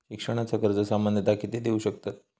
शिक्षणाचा कर्ज सामन्यता किती देऊ शकतत?